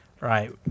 Right